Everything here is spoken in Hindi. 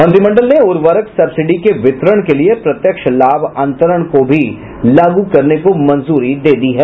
मंत्रिमंडल ने उर्वरक सब्सिडी के वितरण के लिए प्रत्यक्ष लाभ अंतरण को भी लागू करने को मंजूरी दे दी है